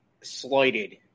slighted